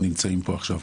שנמצאים פה עכשיו.